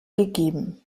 gegeben